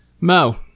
Mo